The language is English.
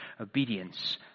obedience